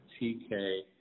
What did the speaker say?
TK